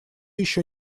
еще